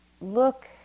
look